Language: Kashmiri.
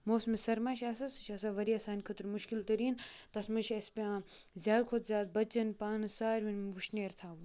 موسمہِ سرما چھِ آسان سُہ چھِ آسان واریاہ سانہِ خٲطرٕ مُشکل تٔریٖن تَتھ منٛز چھِ اَسہِ پیٚوان زیادٕ کھۄتہٕ زیادٕ بَچَن پانہٕ سارنۍ وُشنیر تھَوُن